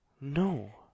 No